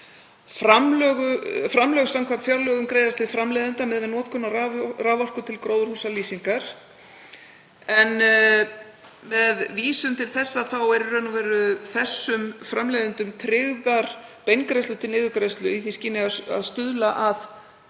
Framlög samkvæmt fjárlögum greiðast til framleiðenda miðað við notkun á raforku til gróðurhúsalýsingar. Með vísun til þess þá eru þessum framleiðendum í raun og veru tryggðar beingreiðslur til niðurgreiðslu í því skyni að stuðla að